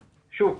שוב,